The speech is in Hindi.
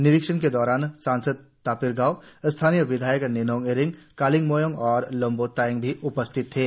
निरीक्षण के दौरान सांसद तापिर गाव स्थानीय विधायक निनोंग इरिंग कालिंग मोयोंग और लोंबो तायेंग भी म्ख्यमंत्री के साथ थे